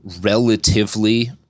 relatively